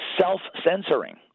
self-censoring